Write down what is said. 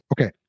Okay